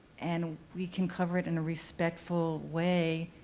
and we can cover it in a respectful way.